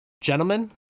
gentlemen